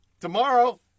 tomorrow